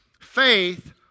Faith